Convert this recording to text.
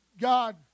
God